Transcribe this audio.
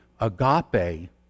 agape